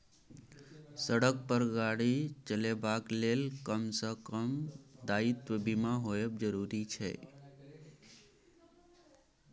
सड़क पर गाड़ी चलेबाक लेल कम सँ कम दायित्व बीमा होएब जरुरी छै